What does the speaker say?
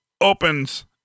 opens